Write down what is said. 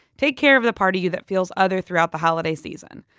take care of the part of you that feels other throughout the holiday season.